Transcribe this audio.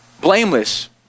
Blameless